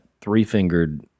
three-fingered